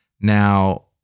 Now